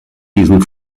diesen